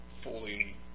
fully